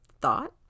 thought